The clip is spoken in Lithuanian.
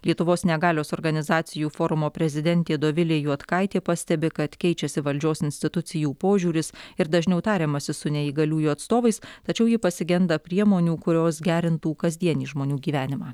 lietuvos negalios organizacijų forumo prezidentė dovilė juodkaitė pastebi kad keičiasi valdžios institucijų požiūris ir dažniau tariamasi su neįgaliųjų atstovais tačiau ji pasigenda priemonių kurios gerintų kasdienį žmonių gyvenimą